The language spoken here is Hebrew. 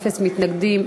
אין מתנגדים.